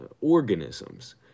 organisms